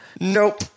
Nope